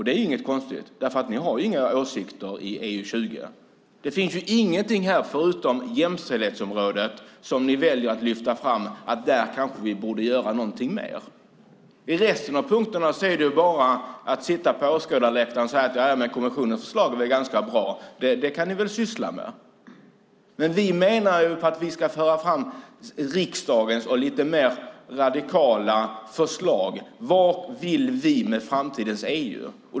Det är inte konstigt, för ni har inga åsikter om EU 2020. Det finns ju ingenting här förutom jämställdhetsområdet som ni väljer att lyfta fram och säga att vi kanske borde göra någonting mer av. I resten av punkterna är det bara som att ni sitter på åskådarläktaren och säger: Kommissionens förslag är ganska bra, så det kan vi väl syssla med! Vi menar att vi ska föra fram riksdagens och lite mer radikala förslag. Vad vill vi med framtidens EU?